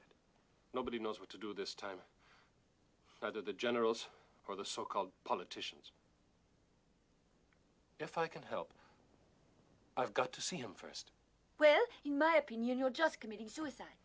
it nobody knows what to do this time either the generals or the so called politicians if i can help i've got to see him first well in my opinion you're just committing suicide